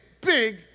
big